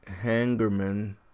hangerman